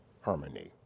harmony